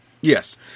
Yes